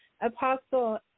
Apostle